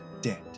dead